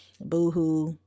boohoo